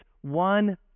one